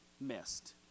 missed